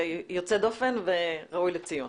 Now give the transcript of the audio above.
זה יוצא דופן וראוי לציון.